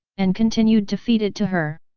and continued to feed it to her.